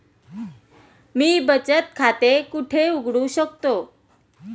मी बचत खाते कुठे उघडू शकतो?